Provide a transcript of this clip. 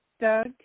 Doug